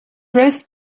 roast